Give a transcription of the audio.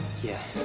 yeah,